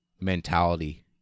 mentality